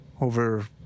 over